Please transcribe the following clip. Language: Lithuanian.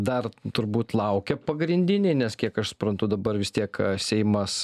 dar turbūt laukia pagrindiniai nes kiek aš suprantu dabar vis tiek seimas